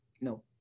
no